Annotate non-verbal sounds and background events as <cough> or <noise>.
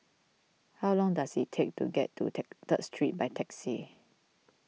how long does it take to get to <unintelligible> Third Street by taxi